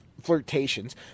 flirtations